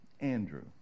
Andrew